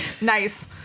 Nice